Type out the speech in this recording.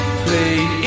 play